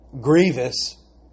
grievous